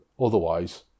Otherwise